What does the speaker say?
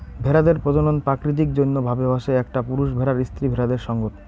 ভেড়াদের প্রজনন প্রাকৃতিক জইন্য ভাবে হসে একটা পুরুষ ভেড়ার স্ত্রী ভেড়াদের সঙ্গত